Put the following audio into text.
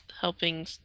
helping